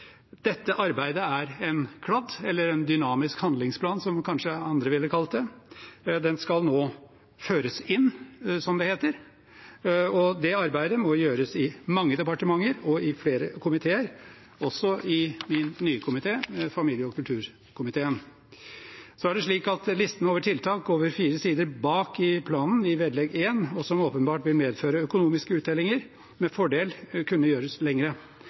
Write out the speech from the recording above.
Dette arbeidet er en kladd – eller en dynamisk handlingsplan, som kanskje andre ville kalt det. Den skal nå føres inn, som det heter, og det arbeidet må gjøres i mange departementer og i flere komiteer, også i min nye komité, familie- og kulturkomiteen. Listen over tiltak, som går over fire sider bak i planen, i vedlegg 1, og som åpenbart vil medføre økonomiske uttellinger, kunne med fordel gjøres lengre.